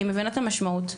אני מבינה את המשמעות.